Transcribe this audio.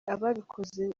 ababikoze